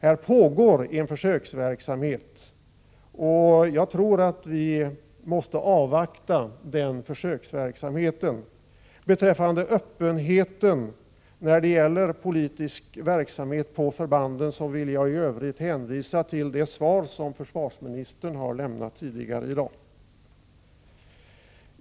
Här pågår en försöksverksamhet, och jag tror att vi måste avvakta resultatet av den. Beträffande öppenheten i övrigt när det gäller politisk verksamhet på förbanden vill jag hänvisa till det svar som försvarsministern har lämnat tidigare i dag.